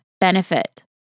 benefit